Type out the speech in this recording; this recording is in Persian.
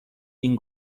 این